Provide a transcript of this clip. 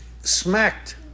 smacked